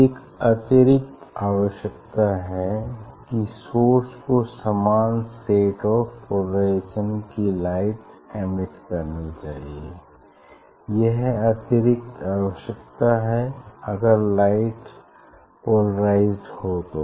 एक अतिरिक्त आवश्यकता है कि सोर्स को समान स्टेट ऑफ़ पोलराइज़ेशन की लाइट एमिट करनी चाहिए यह अतिरिक्त आवश्यकता है अगर लाइट्स पोलराइज्ड हो तो